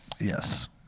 Yes